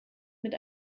mit